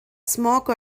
smoke